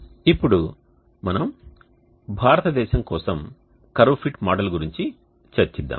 ఇప్పుడు మనం భారతదేశం కోసం కర్వ్ ఫిట్ మోడల్ గురించి చర్చిద్దాం